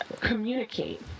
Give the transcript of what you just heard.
Communicate